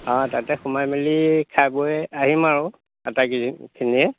অঁ তাতে সোমাই মেলি খাই বৈ আহিম আৰু আটাইকি খিনিয়ে